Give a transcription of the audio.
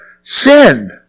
sin